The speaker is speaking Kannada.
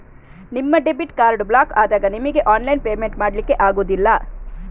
ನಿಮ್ಮ ಡೆಬಿಟ್ ಕಾರ್ಡು ಬ್ಲಾಕು ಆದಾಗ ನಿಮಿಗೆ ಆನ್ಲೈನ್ ಪೇಮೆಂಟ್ ಮಾಡ್ಲಿಕ್ಕೆ ಆಗುದಿಲ್ಲ